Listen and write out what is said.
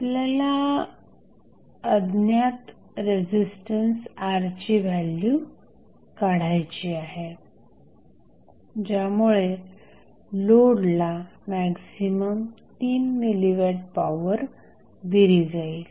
आपल्याला अज्ञात resistance R ची व्हॅल्यू काढायची आहे ज्यामुळे लोडला मॅक्सिमम 3 मिलीवॅट पॉवर दिली जाईल